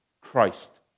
Christ